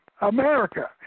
America